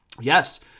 yes